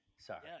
sorry